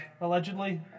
allegedly